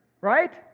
right